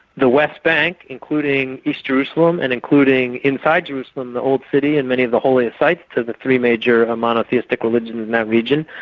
the west bank, including east jerusalem and including inside jerusalem the old city and many of the holier sites of the three major monotheistic religions in that region,